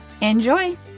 Enjoy